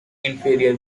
inferior